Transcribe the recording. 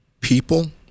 people